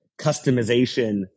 customization